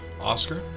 Oscar